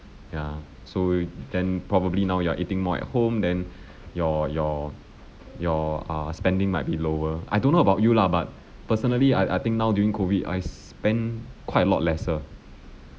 ya so then probably now you are eating more at home than your your your uh spending might be lower I don't know about you lah but personally I I think now during COVID I spend quite a lot lesser